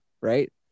right